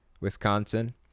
Wisconsin